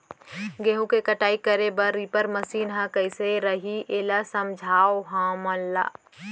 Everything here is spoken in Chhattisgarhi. गेहूँ के कटाई करे बर रीपर मशीन ह कइसे रही, एला समझाओ हमन ल?